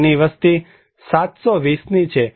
તેની વસ્તી 720ની છે